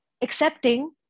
accepting